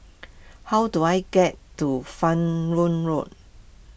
how do I get to Fan Yoong Road